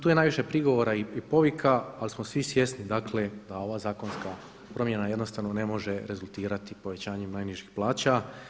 Tu je najviše prigovora i povika, ali smo svi svjesni, dakle da ova zakonska promjena jednostavno ne može rezultirati povećanjem najnižih plaća.